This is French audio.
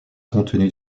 contenus